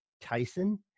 Tyson